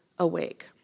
awake